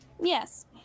Yes